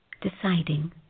deciding